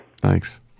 Thanks